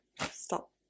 Stop